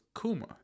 Kuma